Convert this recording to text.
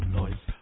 noise